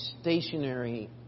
stationary